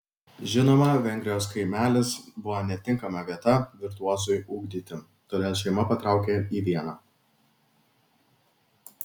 žinoma vengrijos kaimelis buvo netinkama vieta virtuozui ugdyti todėl šeima patraukė į vieną